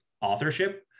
authorship